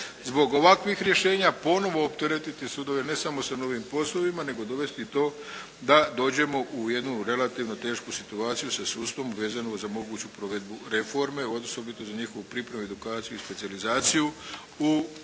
zbog ovakvih rješenja ponovo opteretiti sudove ne samo sa novim poslovima nego dovesti do, da dođemo u jednu relativno tešku situaciju sa sudstvom vezano za moguću provedbu reforme osobito za njihovu pripremu, edukaciju i specijalizaciju u sudovanju